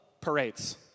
parades